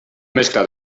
mescla